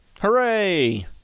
Hooray